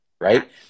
right